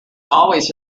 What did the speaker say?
always